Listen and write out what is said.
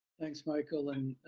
thanks, michael, and